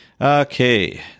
Okay